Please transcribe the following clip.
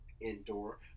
indoor